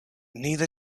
neither